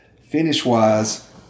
Finish-wise